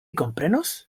komprenos